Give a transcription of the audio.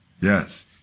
Yes